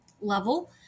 level